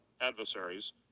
adversaries